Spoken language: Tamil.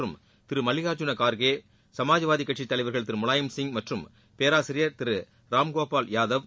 மற்றும் திரு மல்லிகார்ஜூன கார்கே சமாஜ்வாதி கட்சித் தலைவர்கள் திரு முலாயம் சிங் மற்றும் பேராசியர் திரு ராம்கோபால் யாதவ்